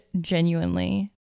genuinely